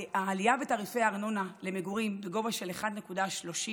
העלייה בתעריפי ארנונה למגורים בגובה של 1.37%,